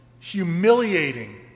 humiliating